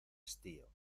estío